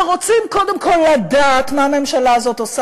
ורוצים קודם כול לדעת מה הממשלה הזו עושה.